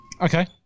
Okay